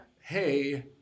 hey